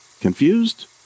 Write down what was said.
Confused